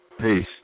Peace